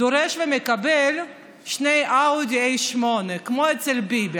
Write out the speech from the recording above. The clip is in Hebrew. דורש ומקבל שני אאודי A8, כמו של ביבי.